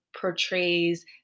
portrays